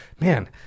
man